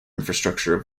infrastructure